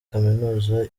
kaminuza